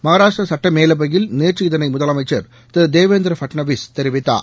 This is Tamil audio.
மகாராஷ்டிர சட்ட மேலவையில் நேற்று இதனை முதலமைச்சர் திரு தேவேந்திர ஃபட்னவிஸ் தெரிவித்தார்